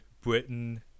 Britain